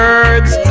Birds